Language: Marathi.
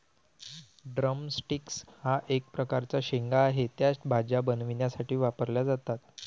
ड्रम स्टिक्स हा एक प्रकारचा शेंगा आहे, त्या भाज्या बनवण्यासाठी वापरल्या जातात